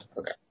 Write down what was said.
okay